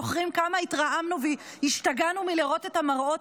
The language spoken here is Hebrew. זוכרים כמה התרעמנו והשתגענו מלראות את המראות